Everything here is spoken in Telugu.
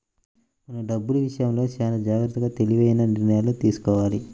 మనం డబ్బులు విషయంలో చానా జాగర్తగా తెలివైన నిర్ణయాలను తీసుకోవాలి